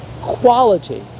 quality